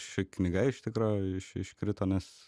ši knyga iš tikro iš iškrito nes